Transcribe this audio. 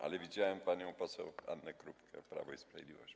Ale widziałem panią poseł Annę Krupkę, Prawo i Sprawiedliwość.